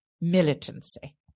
Militancy